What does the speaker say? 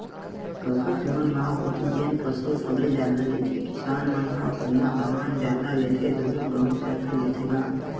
कका तुँहर गाँव कोती जेन फसल सबले जादा लेथे किसान मन ह ओमा धान जादा लेथे धुन गहूँ जादा लेथे गा?